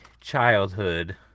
childhood